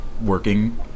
working